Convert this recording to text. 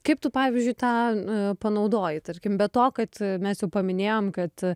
kaip tu pavyzdžiui tą n panaudoji tarkim be to kad mes jau paminėjom kad